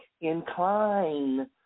incline